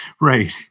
Right